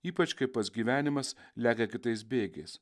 ypač kai pats gyvenimas lekia kitais bėgiais